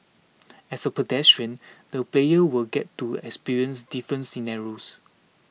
as a pedestrian the player will get to experience different scenarios